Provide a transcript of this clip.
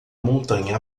montanha